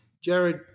Jared